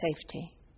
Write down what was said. safety